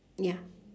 ya